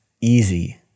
easy